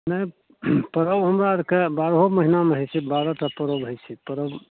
नहि परब हमरा आओरके बारहो महिनामे होइ छै बारह टा परब होइ छै परब